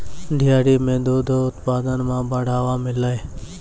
dairy सें दूध उत्पादन म बढ़ावा मिललय